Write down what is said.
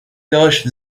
داشت